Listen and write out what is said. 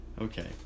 Okay